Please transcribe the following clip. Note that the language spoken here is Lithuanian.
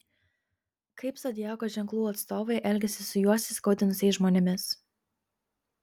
kaip zodiako ženklų atstovai elgiasi su juos įskaudinusiais žmonėmis